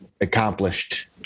accomplished